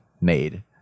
made